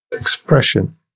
expression